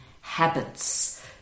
habits